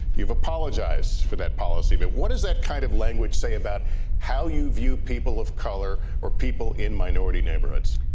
you've apologized for that policy. but what does that kind of language say about how you view people of color or people in minority neighborhoods?